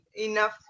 enough